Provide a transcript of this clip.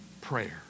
prayer